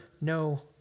no